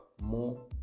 more